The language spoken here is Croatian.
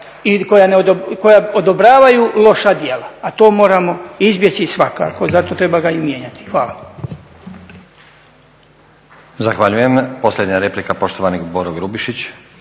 i koja odobravaju loša djela, a to moramo izbjeći svakako i zato ga treba mijenjati. Hvala.